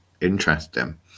interesting